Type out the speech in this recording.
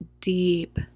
deep